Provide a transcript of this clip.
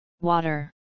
water